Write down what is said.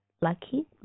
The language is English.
lucky